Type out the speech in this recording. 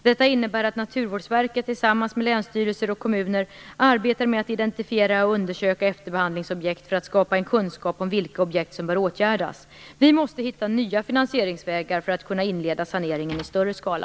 Detta innebär att Naturvårdsverket tillsammans med länsstyrelser och kommuner arbetar med att identifiera och undersöka efterbehandlingsobjekt för att skapa en kunskap om vilka objekt som bör åtgärdas. Vi måste hitta nya finansieringsvägar för att kunna inleda saneringen i större skala.